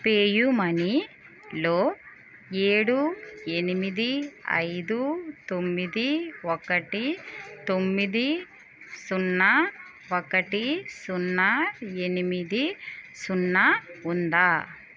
పేయూమనీలో ఏడు ఎనిమిది ఐదు తొమ్మిది ఒకటి తొమ్మిది సున్నా ఒకటి సున్నా ఎనిమిది సున్నా ఉందా